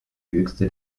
höchste